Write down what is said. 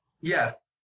Yes